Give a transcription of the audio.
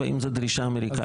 והאם זו דרישה אמריקנית?